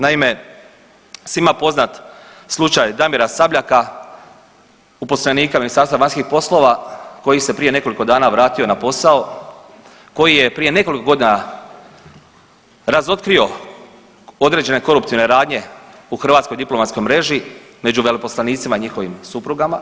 Naime, svima poznat slučaj Damira Sabljaka uposlenika Ministarstva vanjskih poslova koji se prije nekoliko dana vrati na posao, koji je prije nekoliko godina razotkrio određene koruptivne radnje u hrvatskoj diplomatskoj mreži među veleposlanicima i njihovim suprugama.